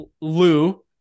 Lou